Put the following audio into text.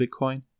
Bitcoin